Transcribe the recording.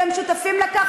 והם שותפים לכך,